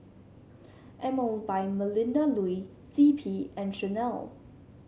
Emel by Melinda Looi C P and Chanel